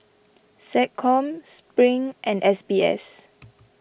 SecCom Spring and S B S